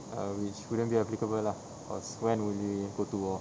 err which wouldn't be applicable lah cause when will we go to war